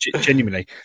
Genuinely